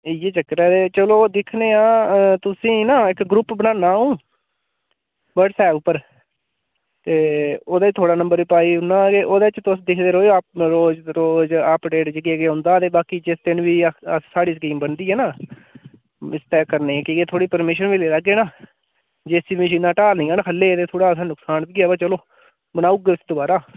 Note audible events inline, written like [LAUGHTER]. इ'यै चक्कर ऐ ते चलो दिक्खने आं तुसेंगी ना एक ग्रुप बनाना अं'ऊ व्हाट्सआप उप्पर ते ओह्दे च थोआढ़ा नंबर पाई ओड़ना के ओह्दे च तुस दिखदे रौह्एओ रोज रोज अपडेट जे केह् केह् औंदा ते बाकी जिस दिन बी अस साढ़ी स्कीम बनदी ऐ ना [UNINTELLIGIBLE] करने ई की के थुआढ़ी परमीशन बी लेई लैगे ना जे सी बी मशीनां टालनियां न थलले'ई लैगे ही थोह्ड़ा असेंगी नुकसान बी ऐ पर चलो बनाई ओड़गे उसी दोबारा